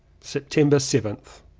september seventh.